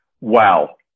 wow